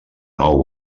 nou